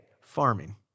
farming